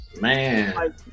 Man